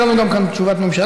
גם לא תהיה לנו כאן תשובת ממשלה,